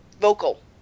vocal